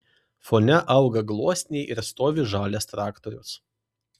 fone auga gluosniai ir stovi žalias traktorius